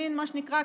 מה שנקרא,